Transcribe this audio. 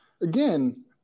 Again